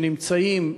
שנמצאים,